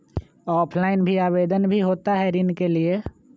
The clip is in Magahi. ऑफलाइन भी आवेदन भी होता है ऋण के लिए?